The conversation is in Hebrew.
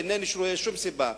איני רואה שום סיבה,